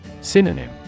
Synonym